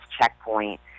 checkpoint